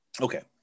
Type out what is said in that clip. Okay